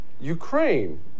Ukraine